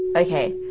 okay,